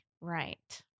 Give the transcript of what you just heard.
right